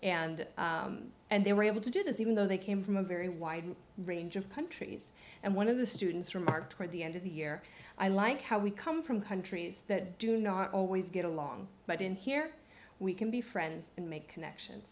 and and they were able to do this even though they came from a very wide range of countries and one of the students remarked toward the end of the year i like how we come from countries that do not always get along but in here we can be friends and make connections